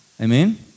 Amen